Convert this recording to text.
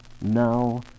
Now